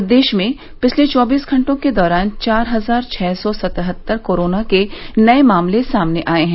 प्रदेश में पिछले चौबीस घंटों के दौरान चार हजार छः सौ सतहत्तर कोरोना के नये मामले सामने आये हैं